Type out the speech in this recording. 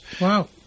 Wow